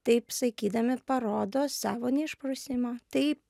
taip sakydami parodo savo neišprusimą taip